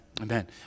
Amen